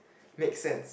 make sense